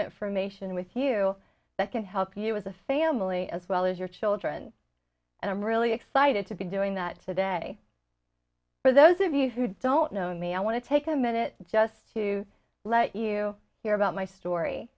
information with you that can help you as a family as well as your children and i'm really excited to be doing that today for those of you who don't know me i want to take a minute just to let you hear about my story